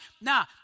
Nah